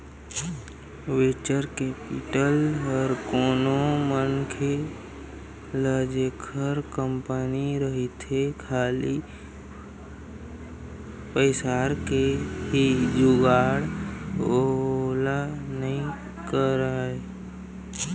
venture capital ह कोनो मनखे ल जेखर कंपनी रहिथे खाली पइसा के ही जुगाड़ ओला नइ कराय